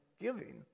giving